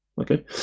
okay